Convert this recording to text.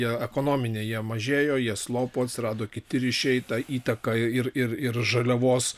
jie ekonominiai jie mažėjo jie slopo atsirado kiti ryšiai ta įtaka ir ir ir žaliavos